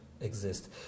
exist